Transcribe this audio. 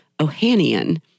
Ohanian